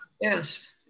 Yes